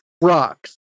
Rocks